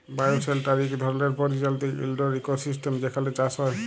bioshelter ইক ধরলের পরিচালিত ইলডোর ইকোসিস্টেম যেখালে চাষ হ্যয়